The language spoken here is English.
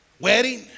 wedding